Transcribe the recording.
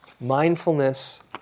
Mindfulness